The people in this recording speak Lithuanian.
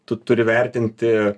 tu turi vertinti